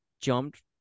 jumped